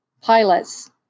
Pilots